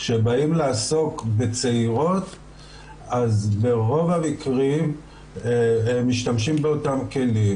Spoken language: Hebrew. כשבאים לעסוק בצעירות אז ברוב המקרים הם משתמשים באותם כלים,